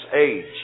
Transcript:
age